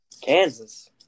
Kansas